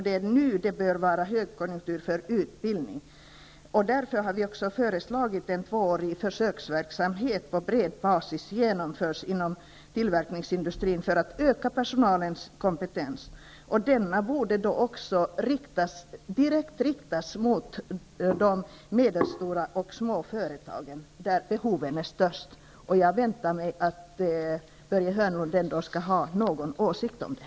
Det är nu det bör vara högkonjunktur för utbildning. Därför har vi föreslagit att en tvåårig försöksverksamhet på bred basis skall genomföras inom tillverkningsindustrin för att öka personalens kompetens. Den borde riktas direkt mot de små och medelstora företagen, där ju behoven är störst. Jag väntar mig att Börje Hörnlund ändå skall ha någon åsikt om det.